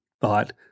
thought